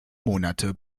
monate